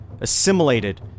assimilated